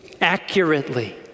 accurately